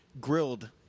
grilled